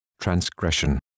transgression